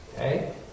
Okay